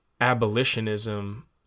abolitionism